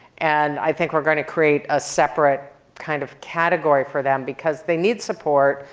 and i think we're going to create a separate kind of category for them because they need support.